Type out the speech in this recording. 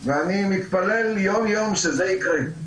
ואני מתפלל יום יום שזה יקרה.